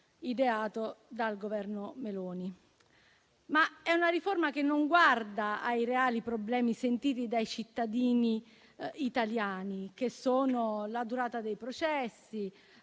ideato dal Governo Meloni. È una riforma che non guarda ai reali problemi sentiti dai cittadini italiani, che riguardano la durata dei processi,